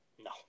No